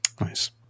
Nice